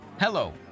Hello